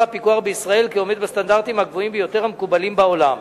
הפיקוח בישראל כעומד בסטנדרטים הגבוהים ביותר המקובלים בעולם.